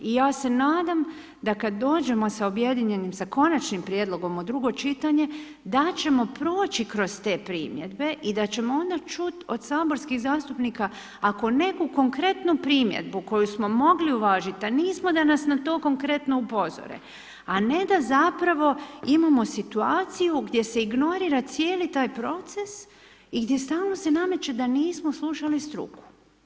I ja se nadam da kada dođemo sa objedinjenim, sa konačnim prijedlogom u drugo čitanje da ćemo proći kroz te primjedbe i da ćemo onda čuti od saborskih zastupnika ako neku konkretnu primjedbu koju smo mogli uvažiti a nismo da nas na to konkretno upozore a ne da zapravo imamo situaciju gdje se ignorira cijeli taj proces i gdje stalno se nameće da nismo slušali struku.